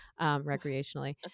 recreationally